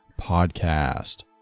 podcast